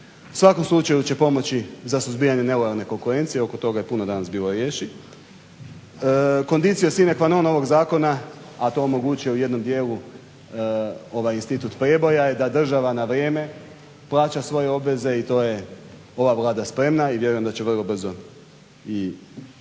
svakom slučaju će pomoći za suzbijanje nelojalne konkurencije, oko toga je puno danas bilo riječi. Conditio cine qua non ovog zakona a to omogućuje u jednom dijelu ovaj institut prijeboja je da država na vrijeme plaća svoje obveze i to je ova Vlada spremna i vjerujem da će vrlo brzo i